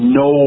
no